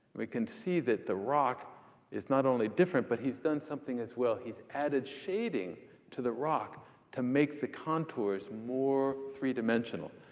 we can see that the rock is not only different, but he's done something as well he's added shading to the rock to make the contours more three-dimensional.